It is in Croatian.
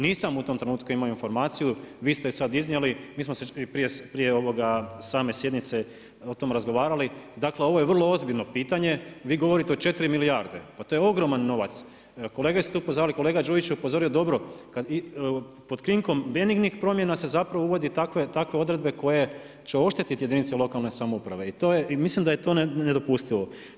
Nisam u tom trenutku imamo informaciju vi ste je sada iznijeli, mi smo se prije same sjednice o tome razgovarali, dakle ovo je vrlo ozbiljno pitanje vi govorite o 4 milijarde, pa to je ogroman novac. … kolega Đujić je upozorio dobro pod krinkom benignih promjena se zapravo uvode takve odredbe koje će oštetiti jedinice lokalne samouprave i mislim da je to nedopustivo.